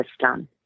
system